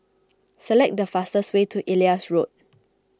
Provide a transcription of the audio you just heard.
select the fastest way to Elias Road